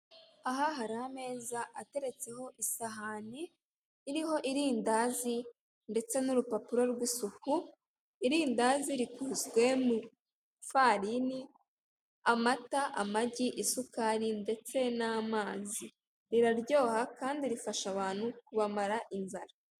Aha hariho ameza ateretseho isahani, iriho idindazi ndetse n'urupapuro rw'isuku. Irindazi rikozwe ifarini, amata, amagi, isukari, ndetse n'amazi riradyoha kandi rifasha abantu kubamara inzara.